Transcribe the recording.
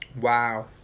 Wow